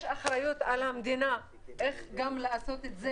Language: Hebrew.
יש אחריות על המדינה איך לעשות את זה